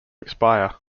expire